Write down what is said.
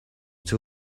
two